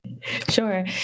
Sure